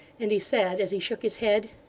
and he said, as he shook his head